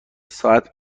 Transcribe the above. ساعت